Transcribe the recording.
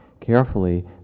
carefully